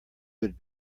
would